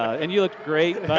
and you look great,